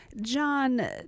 John